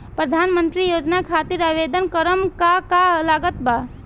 प्रधानमंत्री योजना खातिर आवेदन करम का का लागत बा?